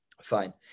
fine